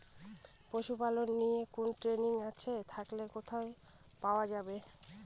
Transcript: পশুপালন নিয়ে কোন ট্রেনিং আছে থাকলে কোথায় পাওয়া য়ায়?